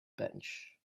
bench